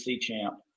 champ